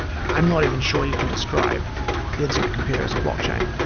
i'm not even sure you can describe the internet computer as a blockchain.